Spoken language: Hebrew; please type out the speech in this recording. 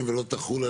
ודאי שלא.